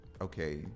okay